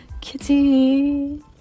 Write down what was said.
kitty